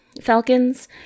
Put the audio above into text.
Falcons